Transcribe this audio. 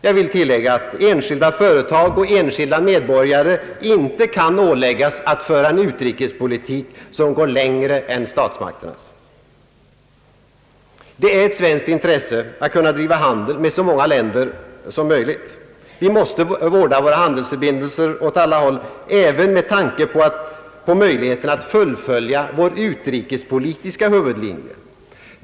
Jag vill tillfoga att enskilda företag och enskilda medborgare inte kan åläggas att föra en utrikespolitik som går längre än statsmakternas. Det är ett svenskt intresse att kunna driva handel med så många länder som möjligt. Vi måste vårda våra handelsförbindelser åt alla håll även med tanke på möjligheten att fullfölja vår utrikespolitiska huvudlinje.